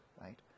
Right